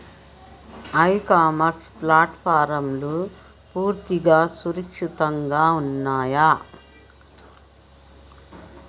ఇ commerce ప్లాట్ఫారమ్లు పూర్తిగా సురక్షితంగా ఉన్నయా?